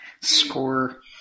Score